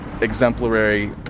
exemplary